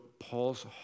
Paul's